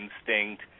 instinct